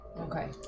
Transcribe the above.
Okay